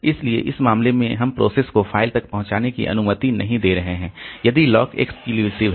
इसलिए इस मामले में हम प्रोसेस को फ़ाइल तक पहुंचने की अनुमति नहीं दे रहे हैं यदि लॉक एक्सक्लूसिव है